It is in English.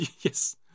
yes